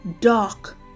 dark